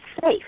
safe